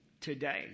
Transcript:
today